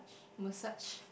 massage